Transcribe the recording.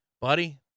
buddy